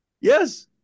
Yes